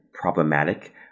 problematic